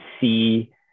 see